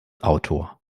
autor